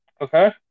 Okay